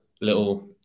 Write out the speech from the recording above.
Little